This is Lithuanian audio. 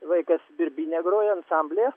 vaikas birbyne grojo ansamblyje